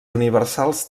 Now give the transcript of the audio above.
universals